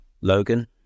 logan